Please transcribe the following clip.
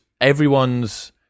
everyone's